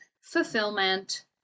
fulfillment